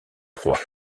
proie